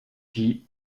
die